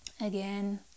Again